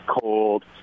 cold